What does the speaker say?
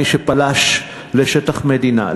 מי שפלש לשטח מדינה,